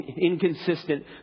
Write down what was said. inconsistent